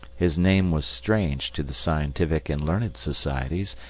his name was strange to the scientific and learned societies,